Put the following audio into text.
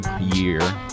year